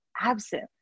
absent